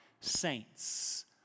saints